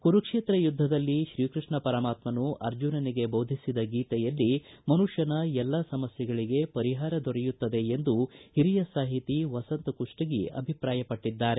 ಕುರುಕ್ಷೇತ್ರ ಯುದ್ದದಲ್ಲಿ ಶ್ರೀಕೃಷ್ಣ ಪರಮಾತ್ಸನು ಅರ್ಜುನನಿಗೆ ಬೋಧಿಸಿದ ಗೀತೆಯಲ್ಲಿ ಮನುಷ್ಣನ ಎಲ್ಲ ಸಮಸ್ಥೆಗಳಿಗೆ ಪರಿಹಾರ ದೊರೆಯುತ್ತದೆ ಎಂದು ಹಿರಿಯ ಸಾಹಿತಿ ವಸಂತ ಕುಷ್ಸಗಿ ಅಭಿಪ್ರಾಯಪಟ್ಟದ್ದಾರೆ